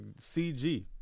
CG